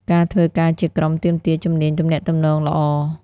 ការធ្វើការជាក្រុមទាមទារ ជំនាញទំនាក់ទំនង ល្អ។